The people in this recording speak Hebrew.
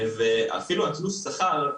ואפילו התלוש שכר,